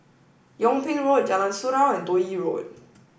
Yung Ping Road Jalan Surau and Toh Yi Road